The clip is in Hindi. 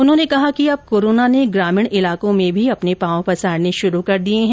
उन्होंने कहा कि अब कोरोना ने ग्रामीण ईलाकों में भी अपने पांव पसारने शुरू कर दिए है